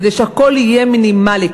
כדי שהכול יהיה מינימלי,